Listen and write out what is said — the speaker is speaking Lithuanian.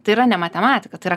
tai yra ne matematika tai yra